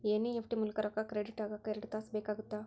NEFT ಮೂಲಕ ರೊಕ್ಕಾ credit ಆಗಾಕ ಎರಡ್ ತಾಸ ಬೇಕಾಗತ್ತಾ